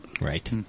right